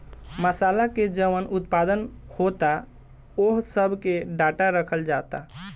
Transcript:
मासाला के जवन उत्पादन होता ओह सब के डाटा रखल जाता